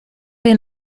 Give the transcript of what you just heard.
wir